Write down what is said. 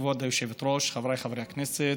כבוד היושבת-ראש, חבריי חברי הכנסת,